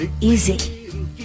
easy